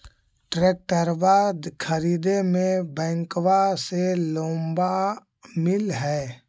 ट्रैक्टरबा खरीदे मे बैंकबा से लोंबा मिल है?